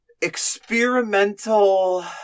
experimental